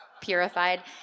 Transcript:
purified